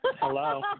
Hello